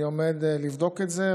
אני עומד לבדוק את זה,